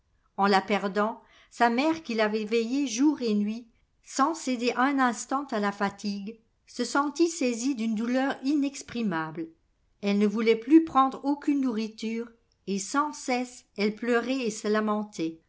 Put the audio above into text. en la perdant sa mère qui l'avait veillée jour et nuit sans céder un instant à la fatigue se sentit saisie d'une douleur inexprimable elle ne voulait plus prendre aucune nourriture et sans cesse elle pleurait et se lamentait